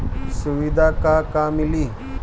सुविधा का का मिली?